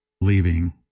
leaving